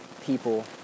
people